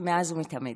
מאז ומתמיד.